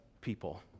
people